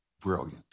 brilliant